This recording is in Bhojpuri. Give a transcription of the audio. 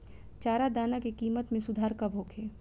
चारा दाना के किमत में सुधार कब होखे?